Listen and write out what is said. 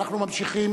אנחנו ממשיכים